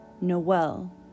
Noel